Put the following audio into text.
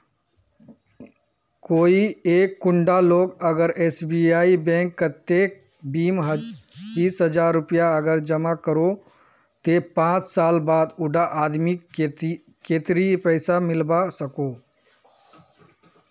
कोई एक कुंडा लोग अगर एस.बी.आई बैंक कतेक बीस हजार रुपया अगर जमा करो ते पाँच साल बाद उडा आदमीक कतेरी पैसा मिलवा सकोहो?